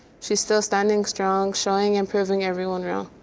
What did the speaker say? she's still standing strong, showing and proving everyone wrong.